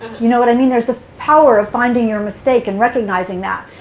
you know what i mean? there's the power of finding your mistake and recognizing that,